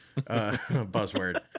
buzzword